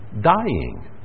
dying